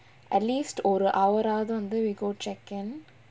at least ஒரு:oru hour ஆவது வந்து:aavathu vanthu we go check-in